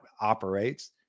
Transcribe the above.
operates